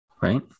right